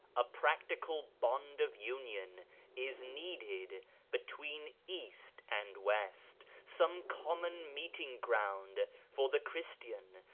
a prac tical bond of union is needed between east and west, some common meeting ground for the christian,